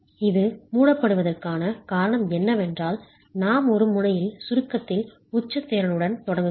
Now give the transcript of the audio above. இது மூடப்படுவதற்கான காரணம் என்னவென்றால் நாம் ஒரு முனையில் சுருக்கத்தில் உச்ச திறனுடன் தொடங்குகிறோம்